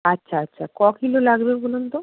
আচ্ছা আচ্ছা ককিলো লাগবে বলুন তো